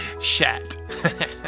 Shat